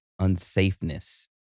unsafeness